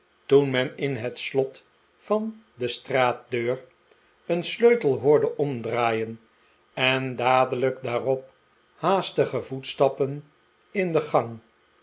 toen men in het slot van de straatdeur een sleutel hoorde omdraaien en dadelijk daarop haastige voetstappen in de gang